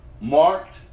marked